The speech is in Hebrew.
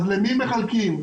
אז למי מחלקים,